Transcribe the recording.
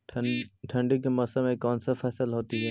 ठंडी के मौसम में कौन सा फसल होती है?